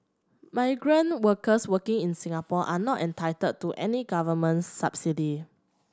migrant workers working in Singapore are not entitled to any Government subsidy